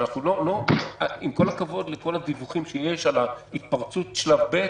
עם כל הכבוד לכל הדיווחים שיש על התפרצות שלב ב',